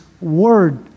word